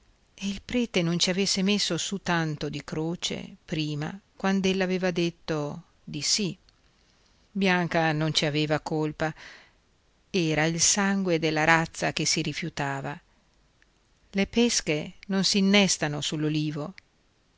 e il prete non ci avesse messo su tanto di croce prima quand'ella aveva detto di sì bianca non ci aveva colpa era il sangue della razza che si rifiutava le pesche non si innestano